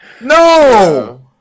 No